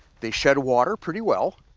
they shed water pretty well,